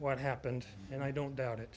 what happened and i don't doubt it